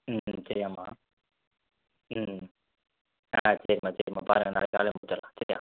ம் ம் சரியாம்மா ம் ஆ சரிம்மா சரிம்மா பாருங்கள் நாளைக்கு காலையில் கூப்பிடுறேன் சரியா